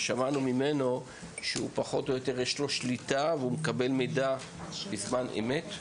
ושמענו ממנו שפחות או יותר יש לו שליטה והוא מקבל מידע בזמן אמת.